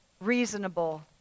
Reasonable